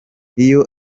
iyo